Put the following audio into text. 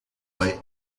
boy